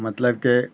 مطلب کہ